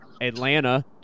Atlanta